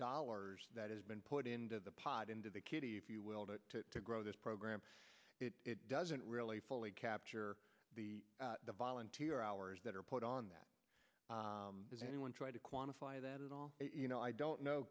dollars that has been put into the pot into the kitty if you will to grow this program it doesn't really fully capture the volunteer hours that are put on that does anyone try to quantify that at all you know i don't know